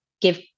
give